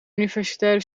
universitaire